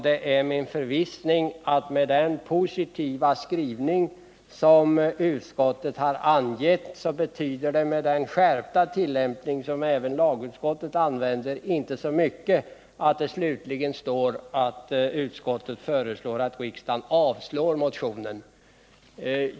Genom utskottets positiva skrivning och den skärpta tillämpning som även lagutskott2t använder betyder det inte så mycket att socialutskottet föreslår att riksdagen avslår motionen.